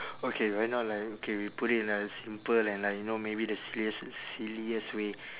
okay why not like okay we put it in like a simple and like you know maybe the silliest silliest way